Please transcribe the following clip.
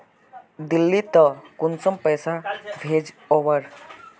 दिल्ली त कुंसम पैसा भेज ओवर?